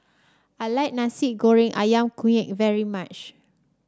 I like Nasi Goreng ayam Kunyit very much